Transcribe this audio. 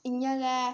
इयां गै